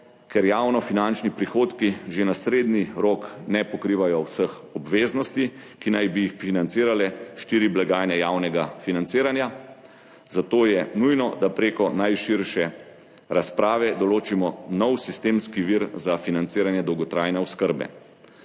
ker javnofinančni prihodki že na srednji rok ne pokrivajo vseh obveznosti, ki naj bi jih financirale štiri blagajne javnega financiranja, zato je nujno, da prek najširše razprave določimo nov sistemski vir za financiranje dolgotrajne oskrbe.